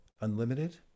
unlimited